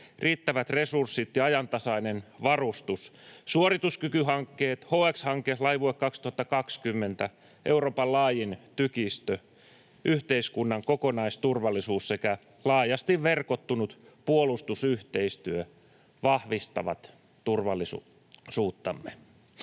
riittävät resurssit ja ajantasainen varustus, suorituskykyhankkeet, HX-hanke, Laivue 2020, Euroopan laajin tykistö, yhteiskunnan kokonaisturvallisuus sekä laajasti verkottunut puolustusyhteistyö vahvistavat turvallisuuttamme.